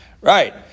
Right